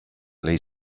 lay